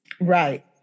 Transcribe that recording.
Right